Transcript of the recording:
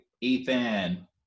Ethan